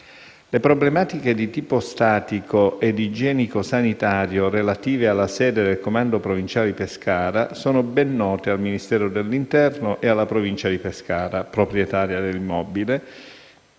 Le problematiche di tipo statico e igienico-sanitario relative alla sede del comando provinciale di Pescara sono ben note al Ministero dell'interno e alla Provincia di Pescara, proprietaria dell'immobile,